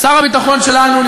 שר הביטחון שלנו,